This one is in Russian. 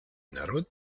народ